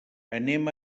anem